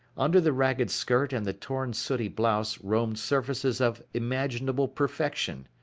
under the ragged skirt and the torn sooty blouse roamed surfaces of imaginable perfection.